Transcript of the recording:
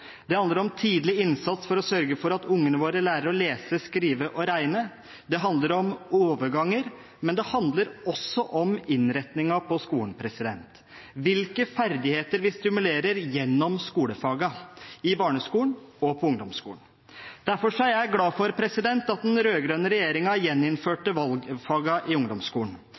Det handler om tidlig innsats for å sørge for at ungene våre lærer å lese, skrive og regne. Det handler om overganger, men det handler også om innretningen på skolen – hvilke ferdigheter vi stimulerer gjennom skolefagene på barneskolen og på ungdomsskolen. Derfor er jeg glad for at den